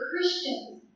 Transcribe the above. Christians